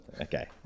Okay